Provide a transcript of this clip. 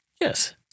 Yes